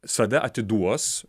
save atiduos